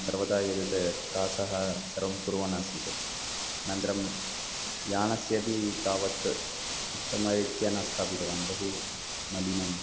सर्वदा एतद् कासः सर्वं कुर्वन्नासीत् अनन्तरं यानम् अपि तावत् उत्तमरीत्या न स्थापितवान् बहु मलिनं